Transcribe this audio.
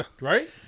Right